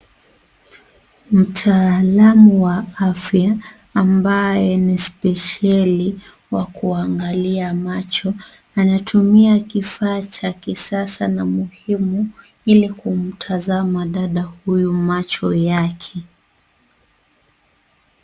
Mtaalamu wa afya, ambaye ni spesheli wa kuangalia macho. Anatumia kifaa cha kisasa na muhimu, ili kumtazama dada huyu macho yake.